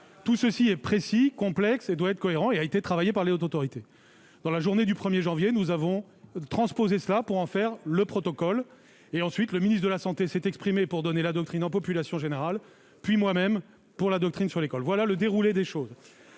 Tout cela est précis, complexe, doit être cohérent et a été travaillé par les hautes autorités. Dans la journée du 1 janvier, nous avons transposé ces mesures pour en faire le protocole. Le ministre de la santé s'est ensuite exprimé pour donner la doctrine en population générale, puis moi-même, sur l'école. Voilà le déroulé des